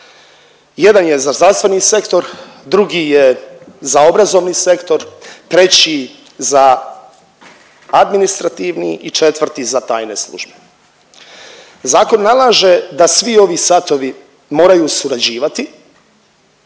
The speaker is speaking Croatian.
Jedan je za zdravstveni sektor, drugi je za obrazovni sektor, treći za administrativni i četvrti za tajne službe. Zakon nalaže da svi ovi satovi moraju surađivati,